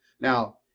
Now